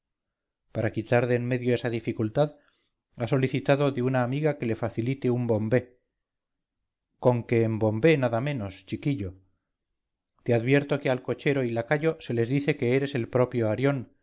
para quitar de en medio esa dificultad ha solicitado de una amiga que le facilite un bombé conque en bombé nada menos chiquillo te advierto que al cochero y lacayo se les dice que eres el propio arión